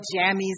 jammies